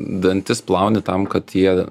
dantis plauni tam kad jie